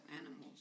animals